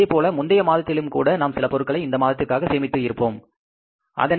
அதேபோல முந்தைய மாதத்திலும் கூட நாம் சில பொருட்களை இந்த மதத்திற்காக சேமித்து இருப்போம் சரியா